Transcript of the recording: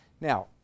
Now